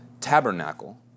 tabernacle